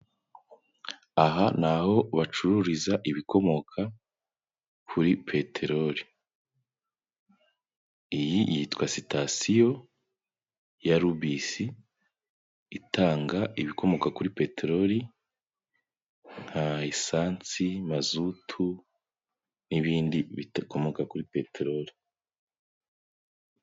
Aha ni aho bacururiza ibikomoka kuri peterori, iyi yitwa sitasiyo ya Rubisi, itanga ibikomoka kuri peterori nka esansi, mazutu n'ibindi bikomoka kuri peterori.